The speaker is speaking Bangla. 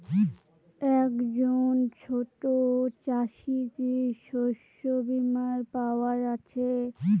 একজন ছোট চাষি কি শস্যবিমার পাওয়ার আছে?